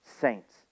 saints